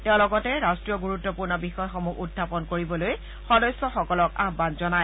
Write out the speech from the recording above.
তেওঁ লগতে ৰাষ্ট্ৰীয় গুৰুত্বপূৰ্ণ বিষয়সমূহ উখাপন কৰিবলৈ সদস্যসকলক আহান জনায়